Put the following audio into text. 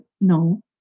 No